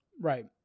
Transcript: right